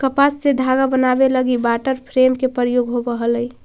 कपास से धागा बनावे लगी वाटर फ्रेम के प्रयोग होवऽ हलई